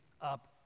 up